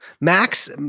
Max